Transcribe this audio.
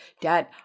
dad